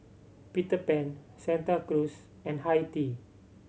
Peter Pan Santa Cruz and Hi Tea